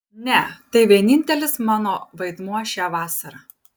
ne tai vienintelis mano vaidmuo šią vasarą